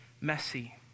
messy